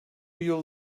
yıl